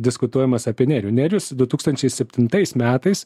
diskutuojam mes apie nerijų nerijus du tūkstančiai septintais metais